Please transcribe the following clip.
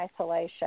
isolation